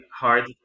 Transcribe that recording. hard